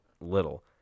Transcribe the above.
little